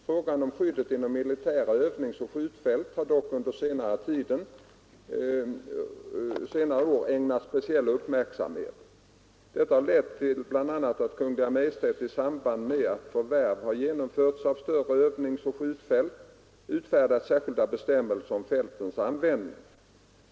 Frågan om skyddet inom militära övningsoch skjutfält har dock under senare år ägnats speciell uppmärksamhet. Detta har lett till bl.a. att Kungl. Maj:t i samband med att förvärv har genomförts av större övningsoch skjutfält utfärdat särskilda bestämmelser om fältens användning.